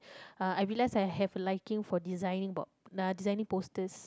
uh I realise I have a liking for designing board uh designing posters